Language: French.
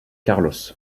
carlos